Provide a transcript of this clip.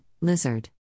lizard